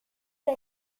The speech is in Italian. fra